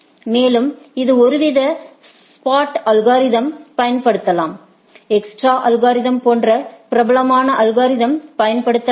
மேலும் இது ஒருவித ஸ்பாட் அல்கோரிதம்ஸ்யைப் பயன்படுத்தலாம் எக்ஸ்ட்ரா அல்கோரிதம்ஸ் போன்ற பிரபலமான அல்கோரிதம்களை பயன்படுத்தலாம்